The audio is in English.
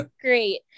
Great